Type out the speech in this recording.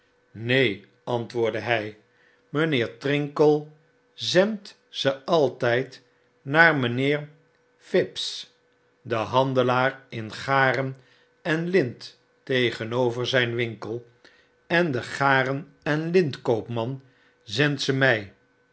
neen antwoordde hij mynheer trinkle zendt ze altyd naar mynheer phibbs den handelaar in garen en lint tegenover zyn winkel en de garen en lintkoopman zendt ze my